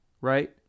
right